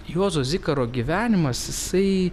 juozo zikaro gyvenimas jisai